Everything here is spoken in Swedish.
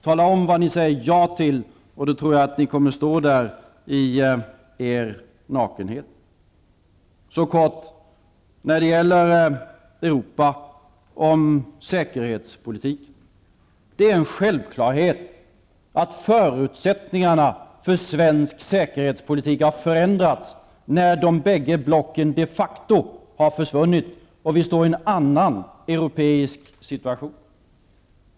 Tala om vad ni säger ja till, och jag tror att ni kommer att stå där i er nakenhet. Så kort om Europa och säkerhetspolitiken. Det är en självklarhet att förutsättningarna för svensk säkerhetspolitik har förändrats när de bägge blocken de facto har försvunnit och vi står i en annan europeisk situation.